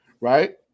right